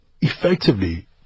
effectively